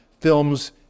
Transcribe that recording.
Films